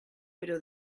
però